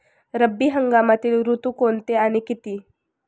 रब्बी हंगामातील ऋतू कोणते आणि किती?